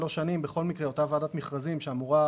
פרק הזמן של החמש שנים מתייחס להשלמת הפריסה באזור מסוים?